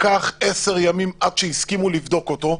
לקח עשרה ימים עד שהסכימו לבדוק אותו.